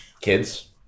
Kids